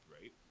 right